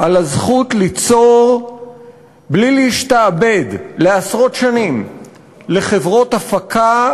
יותר משמונה שנים חבר הכנסת.